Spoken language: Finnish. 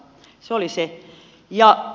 se oli se